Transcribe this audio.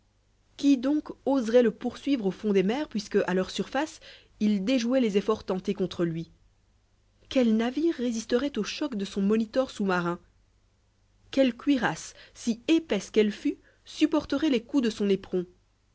qui donc oserait le poursuivre au fond des mers puisque à leur surface il déjouait les efforts tentés contre lui quel navire résisterait au choc de son monitor sous-marin quelle cuirasse si épaisse qu'elle fût supporterait les coups de son éperon